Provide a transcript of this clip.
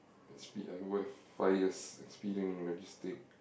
I speed I go back five years I speeding in the district